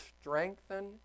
strengthen